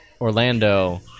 Orlando